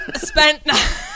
spent